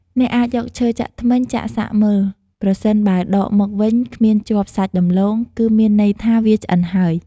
អ្នកអាចយកឈើចាក់ធ្មេញចាក់សាកមើល ប្រសិនបើដកមកវិញគ្មានជាប់សាច់ដំឡូង គឺមានន័យថាវាឆ្អិនហើយ។